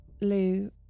Lou